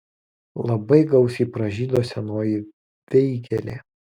labai gausiai pražydo senoji veigelė